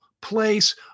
place